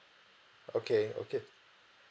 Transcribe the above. okay okay